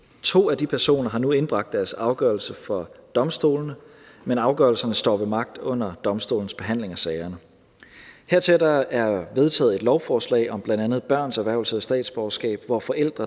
To af de personer har nu indbragt deres afgørelse for domstolen, men afgørelserne står ved magt under domstolens behandling af sagerne. Hertil kommer, at der er vedtaget et lovforslag om bl.a. børns erhvervelse af statsborgerskab, hvor forældre,